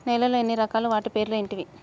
నేలలు ఎన్ని రకాలు? వాటి పేర్లు ఏంటివి?